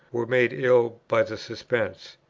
were made ill by the suspense.